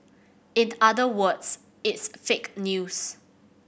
in other words it's fake news